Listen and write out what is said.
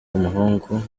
w’umuhungu